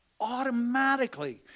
automatically